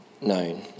known